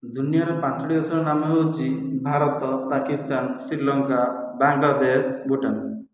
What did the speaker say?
ଦୁନିଆର ପାଞ୍ଚୋଟି ଦେଶର ନାମ ହେଉଛି ଭାରତ ପାକିସ୍ତାନ ଶ୍ରୀଲଙ୍କା ବାଂଙ୍ଗଲାଦେଶ ଭୁଟାନ